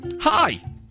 Hi